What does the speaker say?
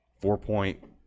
four-point